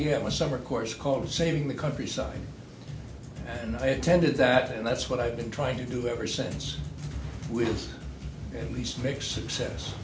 a summer course called saving the countryside and i attended that and that's what i've been trying to do ever since with at least make success